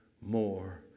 more